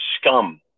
scum